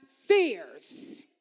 fears